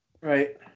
Right